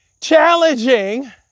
challenging